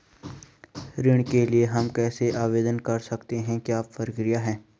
ऋण के लिए हम कैसे आवेदन कर सकते हैं क्या प्रक्रिया है?